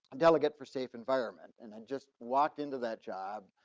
delegate for safe environment, and i just walked into that job.